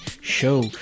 show